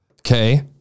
Okay